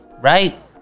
right